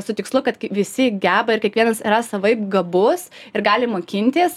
su tikslu kad visi geba ir kiekvienas yra savaip gabus ir gali mokintis